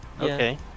Okay